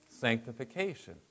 sanctification